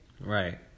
Right